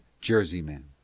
Jerseyman